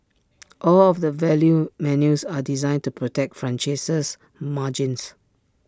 all of the value menus are designed to protect franchisees margins